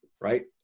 right